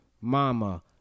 mama